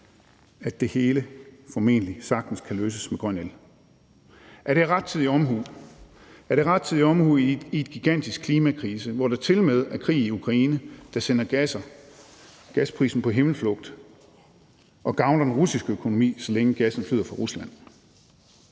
at det hele formentlig sagtens kan løses med grøn el. Er det rettidig omhu? Er det rettidig omhu i en gigantisk klimakrise, hvor der tilmed er krig i Ukraine, der sender gasprisen på himmelflugt og gavner den russiske økonomi, så længe gassen flyder fra Rusland?